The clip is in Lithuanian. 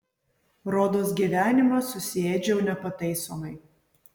rodos gyvenimą susiėdžiau nepataisomai